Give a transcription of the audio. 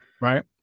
Right